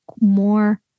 more